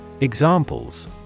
Examples